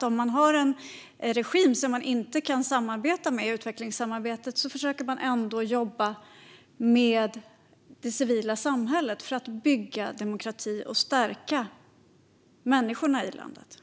Om man har en regim som man inte kan samarbeta med i utvecklingssamarbetet försöker man ändå jobba med det civila samhället för att bygga demokrati och stärka människorna i landet.